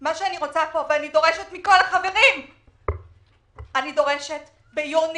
אני דורשת מכל החברים כאן שביוני,